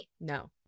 No